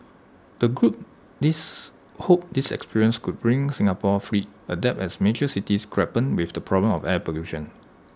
the group this hope this experience could bring Singapore's fleet adapt as major cities grapple with the problem of air pollution